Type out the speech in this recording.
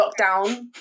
lockdown